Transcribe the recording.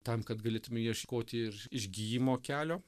tam kad galėtume ieškoti ir išgijimo kelio